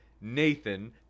Nathan